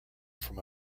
from